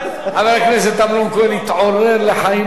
חבר הכנסת אמנון כהן התעורר לחיים עכשיו.